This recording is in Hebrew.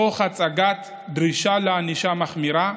תוך הצגת דרישה לענישה מחמירה.